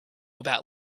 about